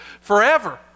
forever